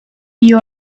you